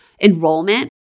enrollment